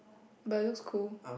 but it looks cool